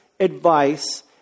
advice